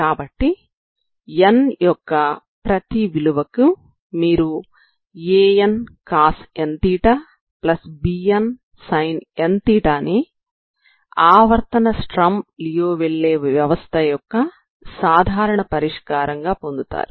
కాబట్టి n యొక్క ప్రతి విలువకి మీరు Ancos nθ Bnsin nθ ని ఆవర్తన స్టర్మ్ లియోవిల్లే వ్యవస్థ యొక్క సాధారణ పరిష్కారంగా పొందుతారు